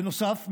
בנוסף,